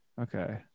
Okay